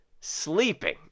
sleeping